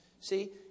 see